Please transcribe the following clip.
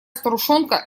старушонка